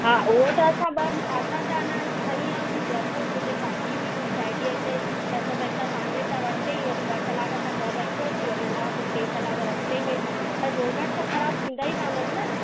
हा हूअ त असां ॿ असां त अञा खणी वियासी जयपुर मुंहिंजे पार्टी हुई मुंहिंजी साहेड़ी जे हिते त असां त हिते पंहिंजे हितां वरिती वरी ॿ कलाक असां घर रखियोस वरी उन खां पोइ टे कलाक रस्ते में पर डोनट न ख़राब थींदा ई कोन्हनि न